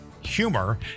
Humor